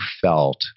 felt